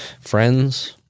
Friends